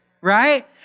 right